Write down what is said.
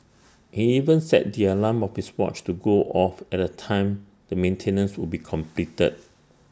he even set the alarm of his watch to go off at the time the maintenance would be completed